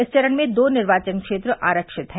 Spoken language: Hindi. इस चरण में दो निर्वाचन क्षेत्र आरक्षित हैं